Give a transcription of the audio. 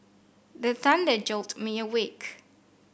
the thunder jolt me awake